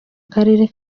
karere